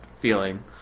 feeling